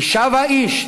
אישה ואיש,